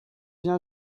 vient